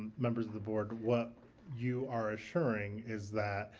members of the board, what you are assuring is that,